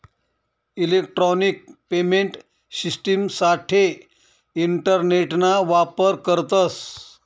electronic payment शिश्टिमसाठे इंटरनेटना वापर करतस